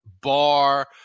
bar